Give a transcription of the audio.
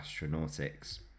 Astronautics